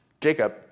Jacob